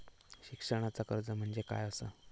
शिक्षणाचा कर्ज म्हणजे काय असा?